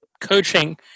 coaching